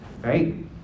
right